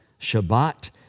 Shabbat